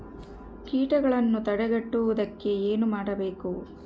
ಕೇಟಗಳನ್ನು ತಡೆಗಟ್ಟುವುದಕ್ಕೆ ಏನು ಮಾಡಬೇಕು?